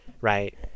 right